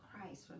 Christ